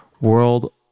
world